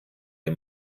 dir